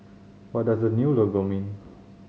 what does the new logo mean